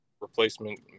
replacement